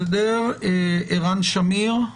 ערן שמיר,